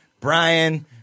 Brian